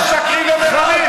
יואל, לא משקרים, לא מרמים.